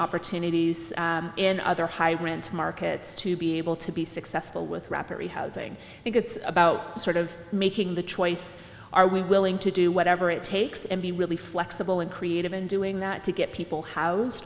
opportunities in other high rents markets to be able to be successful with rapidly housing because it's about sort of making the choice are we willing to do whatever it takes and be really flexible and creative in doing that to get people house